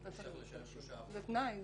אפשר לשלם 3%. זה תנאי.